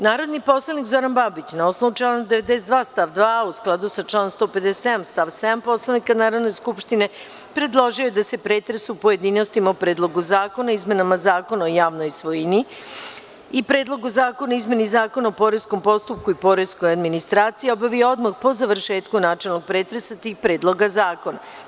Narodni poslanik Zoran Babić, na osnovu člana 92. stav 2, a u skladu sa članom 157. stav 7. Poslovnika Narodne skupštine, predložio je da se pretres u pojedinostima o Predlogu zakona o izmenama Zakona o javnoj svojini (prva tačka predloženog dnevnog reda) i Predlogu zakona o izmeni Zakona o poreskom postupku i poreskoj administraciji obavi odmah po završetku načelnih pretresa tih zakona.